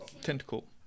Tentacle